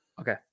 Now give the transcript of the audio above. Okay